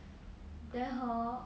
then hor